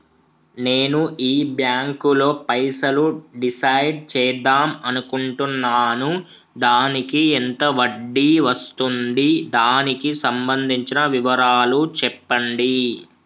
నేను ఈ బ్యాంకులో పైసలు డిసైడ్ చేద్దాం అనుకుంటున్నాను దానికి ఎంత వడ్డీ వస్తుంది దానికి సంబంధించిన వివరాలు చెప్పండి?